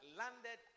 landed